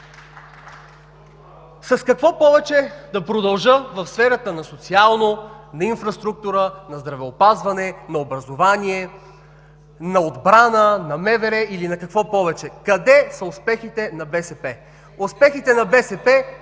С какво повече да продължа в сферата на социалното, на инфраструктурата, здравеопазването, образованието, отбраната, на МВР или на какво повече?! Къде са успехите на БСП? Успехите на БСП